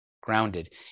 grounded